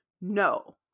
No